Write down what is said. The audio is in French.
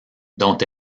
dont